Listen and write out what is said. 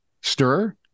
stir